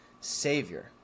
Savior